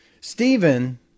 Stephen